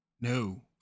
No